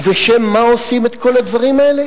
ובשם מה עושים את כל הדברים האלה?